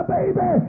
baby